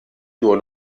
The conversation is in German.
nur